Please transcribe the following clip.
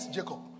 Jacob